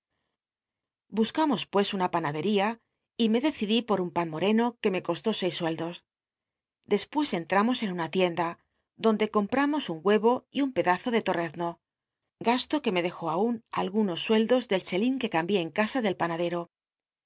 buscamos pues una panadería y me decidí jloi un pan moreno que me costó seis sueldos dcspues en tramos en una tienda donde comptamos un huero y un peda o de torrezno gasto que me dejó aun algunos sueldos del chelín que cambié en casa del panadero